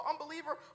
unbeliever